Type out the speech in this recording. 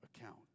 account